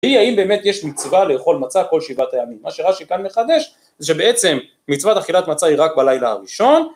‫היא האם באמת יש מצווה ‫לאכול מצה כל שבעת הימים. ‫מה שרש"י כאן מחדש זה שבעצם ‫מצוות אכילת מצה היא רק בלילה הראשון.